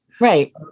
Right